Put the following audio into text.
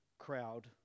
crowd